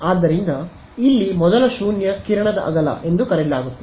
ಆದ್ದರಿಂದ ಇಲ್ಲಿ ಮೊದಲ ಶೂನ್ಯ ಕಿರಣದ ಅಗಲ ಎಂದು ಕರೆಯಲಾಗುತ್ತದೆ